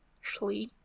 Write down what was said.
Schley